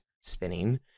spinning